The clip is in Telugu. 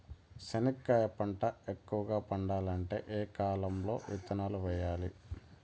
చెనక్కాయ పంట ఎక్కువగా పండాలంటే ఏ కాలము లో విత్తనాలు వేయాలి?